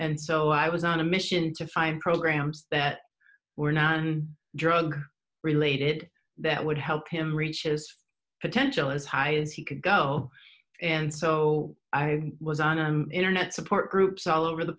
and so i was on a mission to find programs that were not drug related that would help him reaches potential as high as he could go and so i was on a internet support groups all over the